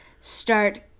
start